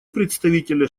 представителя